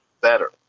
better